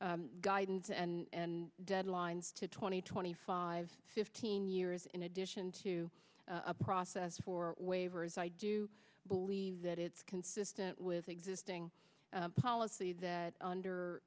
r guidance and deadlines to twenty twenty five fifteen years in addition to a process for waivers i do believe that it's consistent with existing policy that under